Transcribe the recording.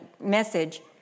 message